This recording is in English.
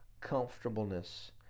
comfortableness